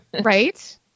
Right